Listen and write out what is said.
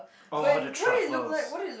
oh the truffles